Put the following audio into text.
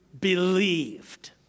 believed